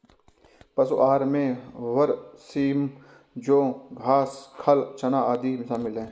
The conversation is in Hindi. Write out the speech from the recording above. पशु आहार में बरसीम जौं घास खाल चना आदि शामिल है